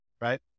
right